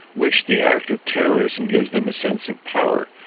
which the act of terrorism gives them a sense of power.